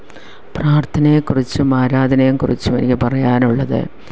പ്രാർത്ഥനയെ കുറിച്ചും ആരാധനയെ കുറിച്ചും എനിക്ക് പറയാനുള്ളത്